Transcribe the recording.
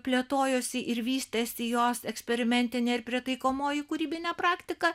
plėtojosi ir vystėsi jos eksperimentinė ir pritaikomoji kūrybinė praktika